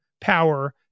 power